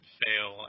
fail